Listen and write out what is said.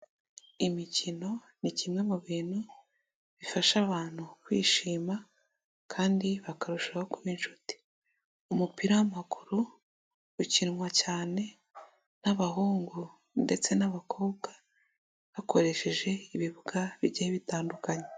Imikino ni kimwe mu bintu bifasha abantu kwishima kandi bakarushaho kuba inshuti, umupira w'amaguru ukinwa cyane n'abahungu ndetse n'abakobwa bakoresheje ibibuga bigiye bitandukanye.